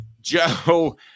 Joe